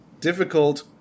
difficult